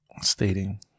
stating